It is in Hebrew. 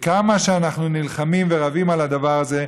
וכמה שאנחנו נלחמים ורבים על הדבר הזה.